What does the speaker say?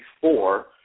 four